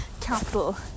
capital